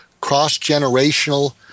cross-generational